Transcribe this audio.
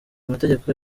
mategeko